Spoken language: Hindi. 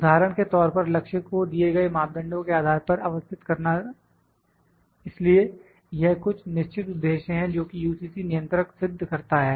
उदाहरण के तौर पर लक्ष्य को दिए गए मापदंडों के आधार पर अवस्थित करना इसलिए यह कुछ निश्चित उद्देश्य हैं जोकि UCC नियंत्रक सिद्ध करता है